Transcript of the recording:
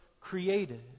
created